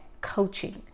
coaching